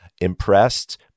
impressed